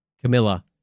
Camilla